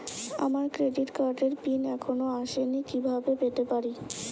আমার ক্রেডিট কার্ডের পিন এখনো আসেনি কিভাবে পেতে পারি?